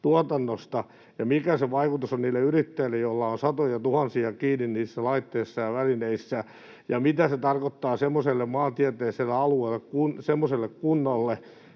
tuotannosta, ja mikä se vaikutus on niille yrittäjille, joilla on satojatuhansia kiinni niissä laitteissa ja välineissä, ja mitä se tarkoittaa semmoiselle maantieteelliselle alueelle, semmoiselle kunnalle,